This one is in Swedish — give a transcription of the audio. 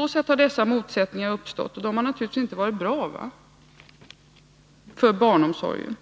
Därför har dessa motsättningar uppstått, och de har naturligtvis inte varit bra för barnomsorgen.